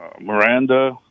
Miranda